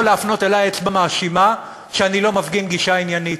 להפנות אלי אצבע מאשימה שאני לא מפגין גישה עניינית,